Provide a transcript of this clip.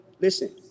listen